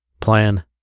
Plan